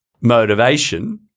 motivation